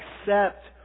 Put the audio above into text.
accept